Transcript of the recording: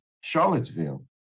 Charlottesville